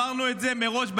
אמרנו מראש,